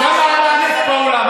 בכמה עלה הנפט בעולם?